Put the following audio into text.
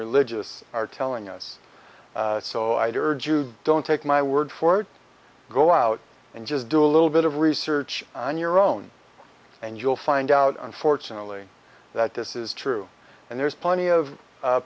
religious are telling us so i'd urge you don't take my word for it go out and just do a little bit of research on your own and you'll find out unfortunately that this is true and there's plenty of